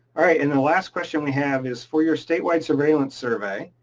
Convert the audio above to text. alright, and the last question we have is for your state wide surveillance survey,